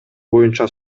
боюнча